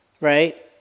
right